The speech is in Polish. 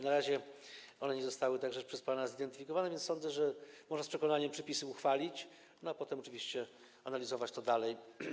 Na razie one nie zostały, także przez pana, zidentyfikowane, więc sądzę, że można z przekonaniem przepisy uchwalić, a potem oczywiście analizować to dalej.